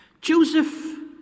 Joseph